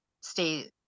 stay